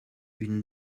une